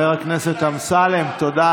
מה, פתאום הפגנה הפכה להיות תקיפה?